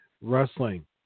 Wrestling